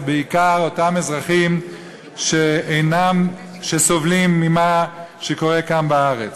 ובעיקר אותם אזרחים שסובלים ממה שקורה כאן בארץ.